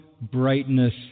brightness